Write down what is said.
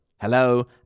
Hello